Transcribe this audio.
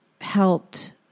helped